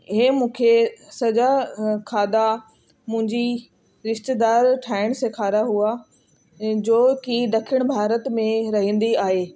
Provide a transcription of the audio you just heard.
हे मूंखे सॼा खाधा मुंहिंजी रिश्तेदार ठाहिणु सेखारिया हुआ ऐं जोकी ॾखिण भारत में रहींदी आहे